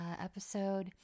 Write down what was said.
episode